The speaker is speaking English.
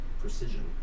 precision